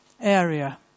area